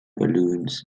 balloons